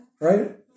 right